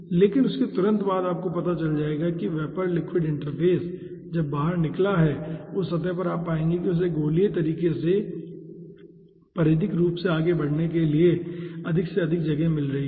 लेकिन उसके तुरंत बाद आपको पता चल जाएगा कि वेपर लिक्विड इंटरफ़ेस जब बाहर निकला है उस सतह पर आप पाएंगे कि उसे गोलीय तरीके से परिधिक रूप से बढ़ने के लिए अधिक से अधिक जगह मिल रही है